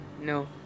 no